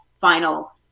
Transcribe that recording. final